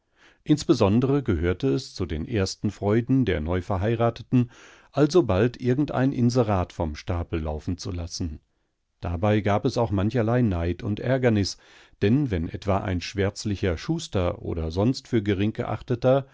insbesondere gehörte es zu den ersten freuden der neuverheirateten alsobald irgend ein inserat vom stapel laufen zu lassen dabei gab es auch mancherlei neid und ärgernis denn wenn etwa ein schwärzlicher schuster oder sonst für gering geachteter